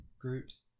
groups